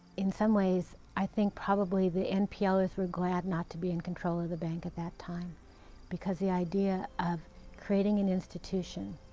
in some ways, i think probably the npl'ers were glad not to be in control of the bank at that time because the idea of creating an institution,